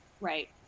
right